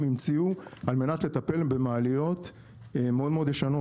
המציאו על מנת לטפל במעליות מאוד מאוד ישנות,